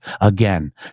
again